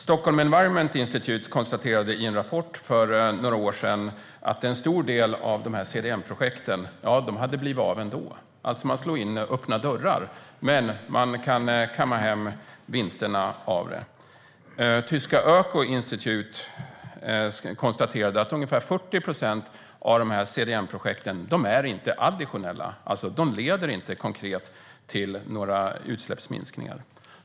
Stockholm Environment Institute konstaterade i en rapport för några år sedan att en stor del av CDM-projekten hade blivit av ändå. Man slår alltså in öppna dörrar men kan kamma hem vinsterna av det. Tyska Öko-Institut konstaterade att ungefär 40 procent av CDM-projekten inte är additionella. De leder alltså inte konkret till några utsläppsminskningar.